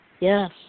Yes